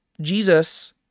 Jesus